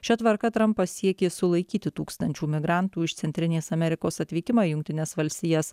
šia tvarka trampas siekė sulaikyti tūkstančių migrantų iš centrinės amerikos atvykimą į jungtines valstijas